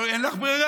אבל אין לך ברירה.